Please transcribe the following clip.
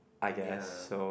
ya